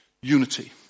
unity